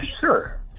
sure